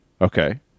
Okay